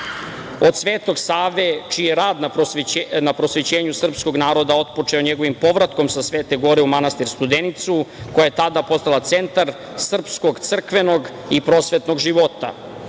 Od Svetog Save, čiji je rad na prosvećenju srpskog naroda otpočeo njegovim povratkom sa Svete Gore u Manastir Studenicu, koja je tada postala centar srpskog crkvenog i prosvetnog života.